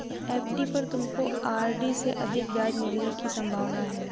FD पर तुमको RD से अधिक ब्याज मिलने की संभावना है